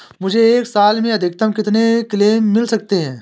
मुझे एक साल में अधिकतम कितने क्लेम मिल सकते हैं?